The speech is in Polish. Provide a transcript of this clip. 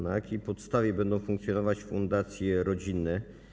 Na jakiej podstawie będą funkcjonować fundacje rodzinne?